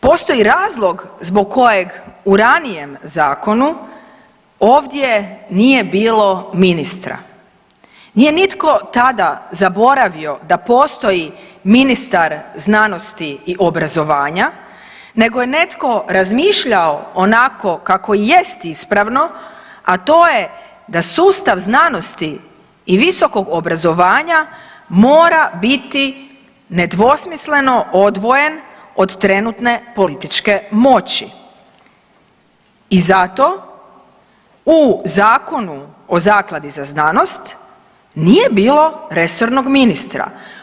Postoji razlog zbog kojeg u ranijem zakonu ovdje nije bilo ministra, nije nitko tada zaboravio da postoji ministar znanosti i obrazovanja nego je netko razmišljao onako kako i jest ispravno, a to je da sustav znanosti i visokog obrazovanja mora biti nedvosmisleno odvojen od trenutne političke moći i zato u Zakonu o zakladi za znanost nije bilo resornog ministra.